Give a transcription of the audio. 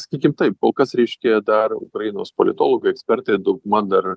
sakykim taip kol kas reiškia dar ukrainos politologai ekspertai dauguma dar